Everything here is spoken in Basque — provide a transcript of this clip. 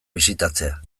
bisitatzea